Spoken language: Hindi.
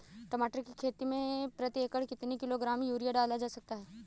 टमाटर की खेती में प्रति एकड़ कितनी किलो ग्राम यूरिया डाला जा सकता है?